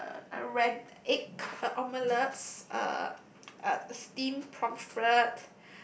uh a rad~ egg omelettes uh uh steamed pomfret